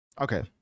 okay